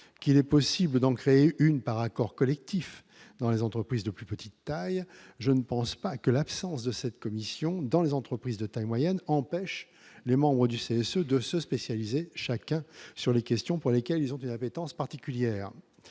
qu'il est possible dans le créer une par accord collectif dans les entreprises de plus petite taille, je ne pense pas que l'absence de cette commission dans les entreprises de taille moyenne, empêche les membres du C. se de se spécialiser chacun sur les questions pour lesquelles ils ont une appétence particulière,